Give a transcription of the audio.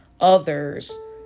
others